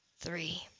three